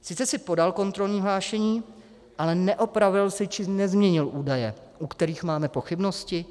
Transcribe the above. Sice jsi podal kontrolní hlášení, ale neopravil jsi či nezměnil údaje, u kterých máme pochybnosti?